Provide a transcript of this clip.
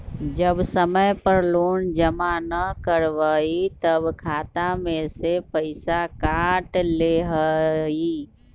जब समय पर लोन जमा न करवई तब खाता में से पईसा काट लेहई?